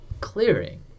clearing